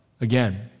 again